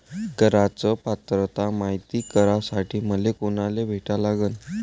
कराच पात्रता मायती करासाठी मले कोनाले भेटा लागन?